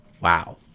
Wow